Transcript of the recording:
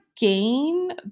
gain